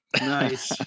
nice